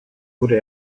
wurde